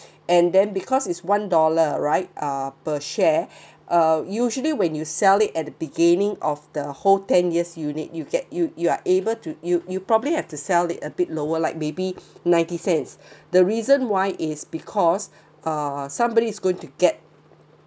and then because is one dollar right uh per share uh usually when you sell it at the beginning of the whole ten years unit you get you you are able to you you probably have to sell it a bit lower like may be ninety cents the reason why is because uh somebody is going to get